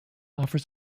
offer